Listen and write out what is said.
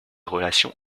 relations